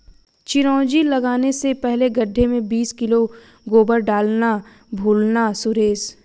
चिरौंजी लगाने से पहले गड्ढे में बीस किलो गोबर डालना ना भूलना सुरेश